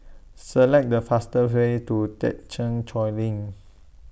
Select The faster Way to Thekchen Choling